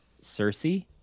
Cersei